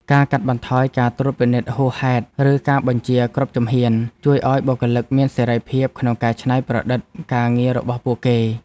ការកាត់បន្ថយការត្រួតពិនិត្យហួសហេតុឬការបញ្ជាគ្រប់ជំហាន ជួយឱ្យបុគ្គលិកមានសេរីភាពក្នុងការច្នៃប្រឌិតការងាររបស់ពួកគេ។